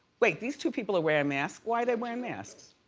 wait these two people are wearing masks. why they wearing masks?